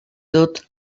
dut